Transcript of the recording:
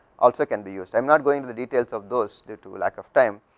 also can be used i am not going to the detail of those due to lack of time,